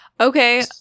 Okay